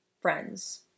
friends